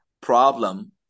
problem